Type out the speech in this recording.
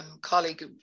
colleague